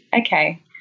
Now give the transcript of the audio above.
okay